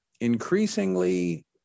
increasingly